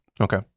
Okay